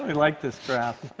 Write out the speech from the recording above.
like this graph.